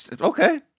Okay